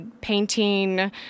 Painting